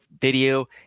video